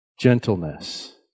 Gentleness